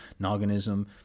Nogginism